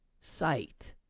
sight